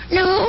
no